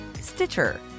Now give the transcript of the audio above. Stitcher